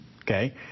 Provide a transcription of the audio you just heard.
Okay